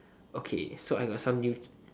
okay so I got some new